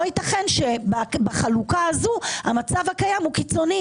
לא ייתכן שבחלוקה הזו המצב הקיים הוא קיצוני